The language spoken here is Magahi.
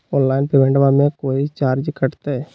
ऑनलाइन पेमेंटबां मे कोइ चार्ज कटते?